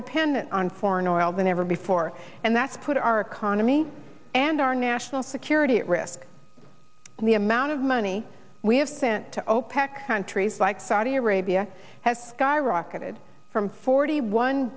dependent on foreign oil than ever before and that's put our economy and our national security at risk and the amount of money we have sent to opec countries like saudi arabia has skyrocketed from forty one